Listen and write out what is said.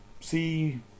See